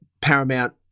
Paramount